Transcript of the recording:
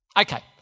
Okay